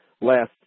last